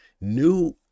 new